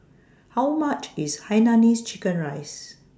How much IS Hainanese Chicken Rice